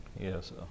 Yes